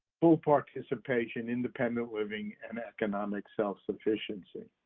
full participation, independent living and economic self-sufficiency,